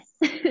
Yes